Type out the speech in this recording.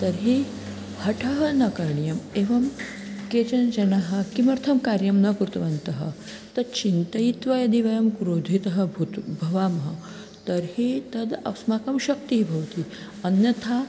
तर्हि हठः न करणीयः एवं केचन जनाः किमर्थं कार्यं न कृतवन्तः तत् चिन्तयित्वा यदि वयं क्रोधिताः भूत् भवामः तर्हि तद् अस्माकं शक्तिः भवति अन्यथा